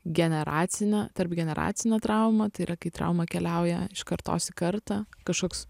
generacinę tarpgeneracinę traumą tai yra kai trauma keliauja iš kartos į kartą kažkoks